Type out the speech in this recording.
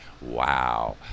wow